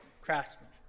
craftsman